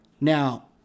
Now